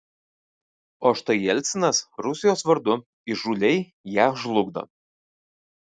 o štai jelcinas rusijos vardu įžūliai ją žlugdo